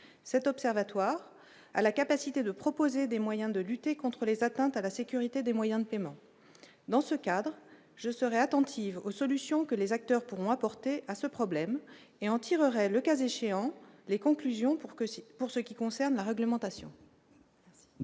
cet observatoire a la capacité de proposer des moyens de lutter contre les atteintes à la sécurité des moyens de paiement dans ce cadre, je serai attentive aux solutions que les acteurs pourront apporter à ce problème et en tirerait le cas échéant les conclusions pour que si, pour ce qui concerne la réglementation.